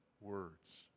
words